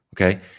Okay